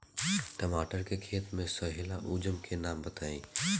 टमाटर के खेत सोहेला औजर के नाम बताई?